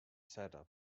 setup